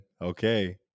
Okay